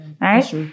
Right